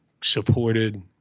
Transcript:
supported